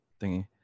thingy